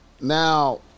now